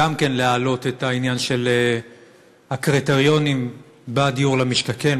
גם כן להעלות את העניין של הקריטריונים בדיור למשתכן.